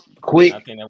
quick